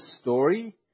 story